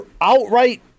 outright